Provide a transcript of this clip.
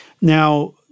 Now